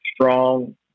strong